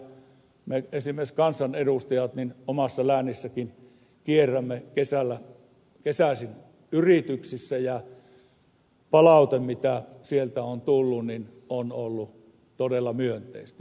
esimerkiksi me kansanedustajat omassa läänissäkin kierrämme kesäisin yrityksissä ja palaute mitä sieltä on tullut on ollut todella myönteistä